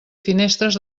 finestres